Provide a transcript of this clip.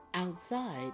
Outside